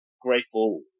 grateful